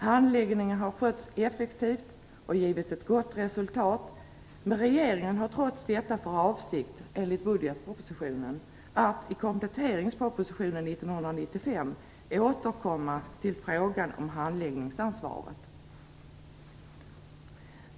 Handläggningen har skötts effektivt och givit ett gott resultat, men regeringen har trots detta enligt budgetpropositionen för avsikt att i kompletteringspropositionen 1995 återkomma till frågan om handläggningsansvaret.